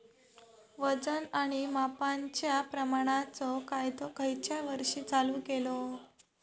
वजन आणि मापांच्या प्रमाणाचो कायदो खयच्या वर्षी चालू केलो?